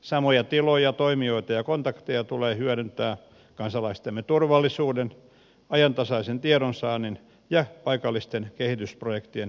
samoja tiloja toimijoita ja kontakteja tulee hyödyntää kansalaistemme turvallisuuden ajantasaisen tiedonsaannin ja paikallisten kehitysprojektien edistämiseksi